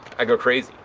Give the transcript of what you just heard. i go crazy.